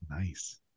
Nice